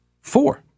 four